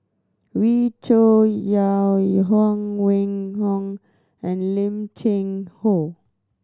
Wee Cho Yaw Huang Wenhong and Lim Cheng Hoe